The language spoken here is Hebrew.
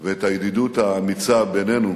ואת הידידות האמיצה בינינו